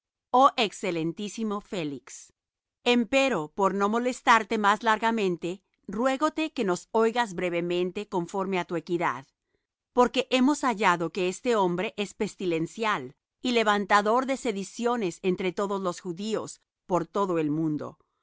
oh excelentísimo félix empero por no molestarte más largamente ruégote que nos oigas brevemente conforme á tu equidad porque hemos hallado que este hombre es pestilencial y levantador de sediciones entre todos los judíos por todo el mundo